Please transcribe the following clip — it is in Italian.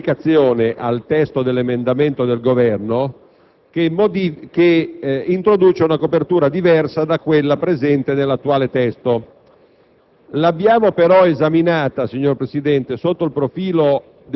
proposta di modifica dell'emendamento del Governo che introduce una copertura diversa da quella presente nell'attuale testo.